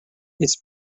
its